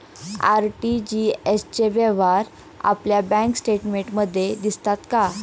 RTGS चे व्यवहार आपल्या बँक स्टेटमेंटमध्ये दिसतात का?